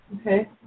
Okay